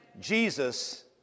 Jesus